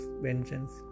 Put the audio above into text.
vengeance